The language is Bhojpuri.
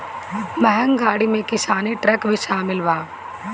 महँग गाड़ी में किसानी ट्रक भी शामिल बा